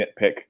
nitpick